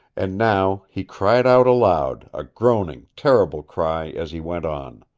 and now he cried out aloud, a groaning, terrible cry as he went on.